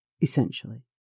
essentially